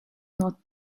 not